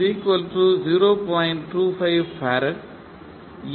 25F L 0